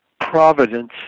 providence